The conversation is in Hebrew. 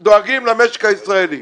היא אתם דואגים למשק הישראלי.